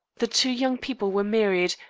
the two young people were married,